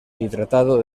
hidratado